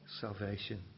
salvation